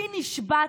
בי נשבעתי,